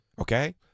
okay